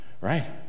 right